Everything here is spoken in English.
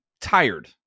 tired